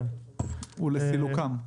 "ולסילוקם".